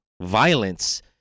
violence